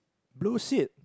blue seat